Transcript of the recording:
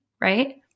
right